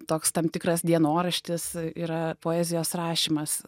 toks tam tikras dienoraštis yra poezijos rašymas